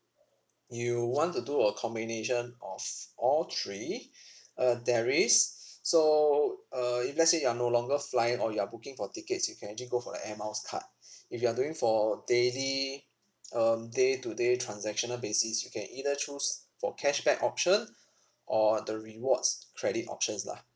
you want to do a combination of all three uh there is so uh if let's say you are no longer flying or you are booking for tickets you can actually go for the air miles card if you are doing for daily um day to day transactional basis you can either choose for cashback option or the rewards credit options lah